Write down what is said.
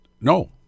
No